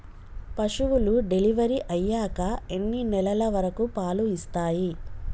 పశువులు డెలివరీ అయ్యాక ఎన్ని నెలల వరకు పాలు ఇస్తాయి?